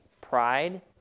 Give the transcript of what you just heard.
Pride